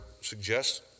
suggest